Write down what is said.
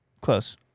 close